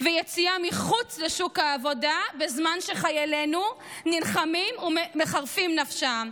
ויציאה מחוץ לשוק העבודה בזמן שחיילינו נלחמים ומחרפים נפשם?